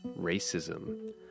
racism